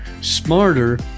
smarter